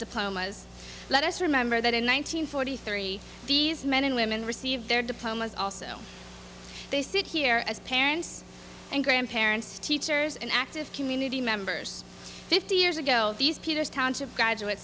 diplomas let us remember that in one nine hundred forty three these men and women received their diplomas also they sit here as parents and grandparents teachers and active community members fifty years ago these peters township graduate